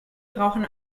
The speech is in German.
brauchen